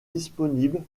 disponibles